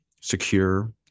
secure